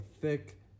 thick